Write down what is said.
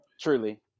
Truly